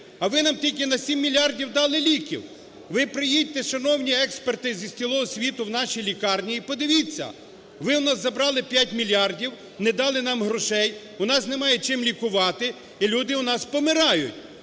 а ви нам тільки на 7 мільярдів дали ліків. Ви приїдьте, шановні експерти з цілого світу в наші лікарні і подивіться. Ви у нас забрали 5 мільярдів, не дали нам грошей, у нас немає чим лікувати, і люди у нас помирають.